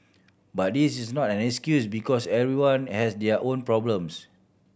but this is not an excuse because everyone has their own problems